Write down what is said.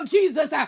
Jesus